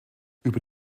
über